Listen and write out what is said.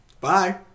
bye